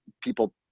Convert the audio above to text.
people